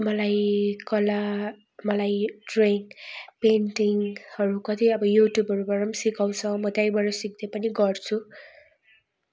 मलाई कला मलाई ड्रयिङ पेन्टिङहरू कति अब युट्युबहरूबाट सिकाउँछ म त्यहीँबाट सिक्ने पनि गर्छु